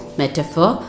metaphor